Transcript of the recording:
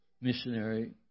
missionary